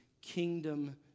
kingdom